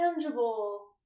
tangible